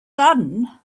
sudden